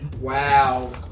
Wow